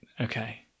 Okay